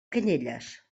canyelles